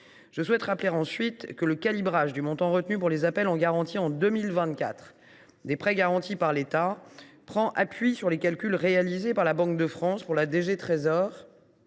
Je souhaite rappeler ensuite que le calibrage du montant retenu pour les appels en garantie en 2024 des prêts garantis par l’État prend appui sur les calculs réalisés par la Banque de France pour la direction